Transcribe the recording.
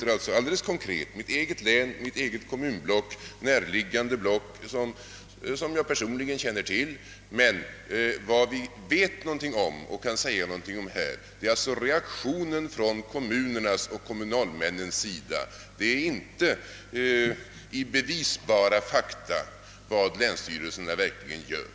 Jag åsyftade alltså konkret mitt eget län och mitt eget kommunblock samt närliggande kommuner som jag personligen känner till. Men vad vi vet något om och kan säga något om här, det är reaktionerna från kommunernas och kommunalmännens sida, inte bevisbara fakta om vad länsstyrelserna verkligen gör.